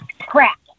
Crap